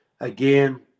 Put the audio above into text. Again